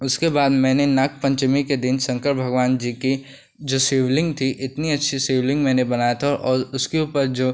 उसके बाद मैंने नागपन्चमी के दिन शंकर भगवान जी की जो शिवलिंग थी इतनी अच्छी शिवलिंग मैंने बनाया था और उसके ऊपर जो